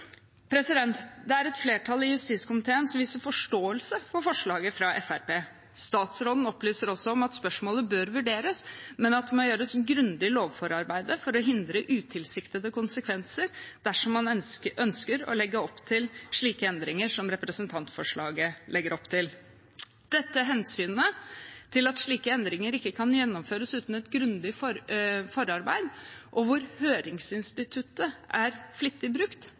Det er et flertall i justiskomiteen som viser forståelse for forslaget fra Fremskrittspartiet. Statsråden opplyser også om at spørsmålet bør vurderes, men at det må gjøres grundig lovforarbeid for å hindre utilsiktede konsekvenser dersom man ønsker å legge opp til slike endringer som representantforslaget legger opp til. Dette hensynet til at slike endringer ikke kan gjennomføres uten et grundig forarbeid og hvor høringsinstituttet er flittig brukt,